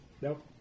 nope